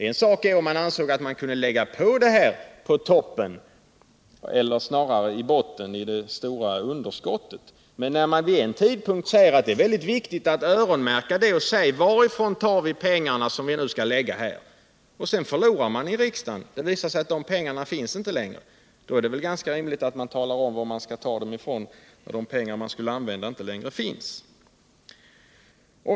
Det är en sak om man ansåg att man kunde lägga det här på toppen — eller snarare i botten av det stora underskottet men nu har man vid en tidpunkt sagt att det är väldigt viktigt att öronmärka pengarna. Sedan förlorar man i kammaren och det tilltänkta beloppet finns inte längre. Det är väl ganska rimligt att man talar om var man skall ta pengarna när de medel man skulle använda inte längre finns.